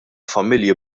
familji